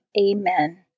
Amen